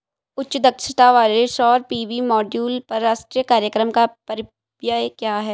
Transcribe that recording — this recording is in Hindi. उच्च दक्षता वाले सौर पी.वी मॉड्यूल पर राष्ट्रीय कार्यक्रम का परिव्यय क्या है?